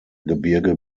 gebirge